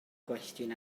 gwestiwn